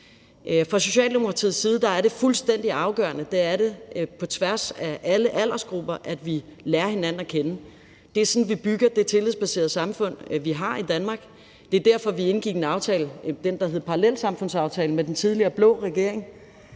Fra Socialdemokratiets side er det fuldstændig afgørende, at vi på tværs af alle aldersgrupper lærer hinanden at kende. Det er sådan, vi bygger det tillidsbaserede samfund, vi har i Danmark, og det var derfor, vi indgik en aftale – den aftale, der